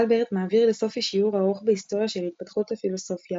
אלברט מעביר לסופי שיעור ארוך בהיסטוריה של התפתחות הפילוסופיה,